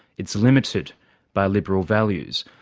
it's limited by liberal values.